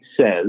says